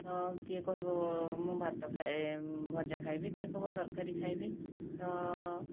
ତ କିଏ କହିବି ମୁଁ ଭାତ ଖାଇ ଭଜା ଖାଇବି କିଏ କହିବ ତରକାରୀ ଖାଇବି ତ